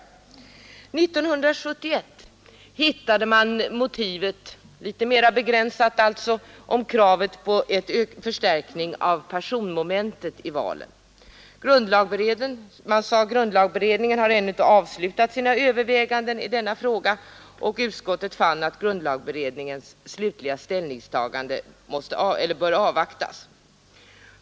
1971 hittade man ett litet mera begränsat motiv, nämligen kravet på en förstärkning av personmomentet i valet. Utskottet sade att grundlagberedningen ännu inte avslutat sina överväganden i denna fråga och fann att grundlagberedningens slutliga ställningstagande borde avvaktas.